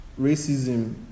racism